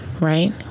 right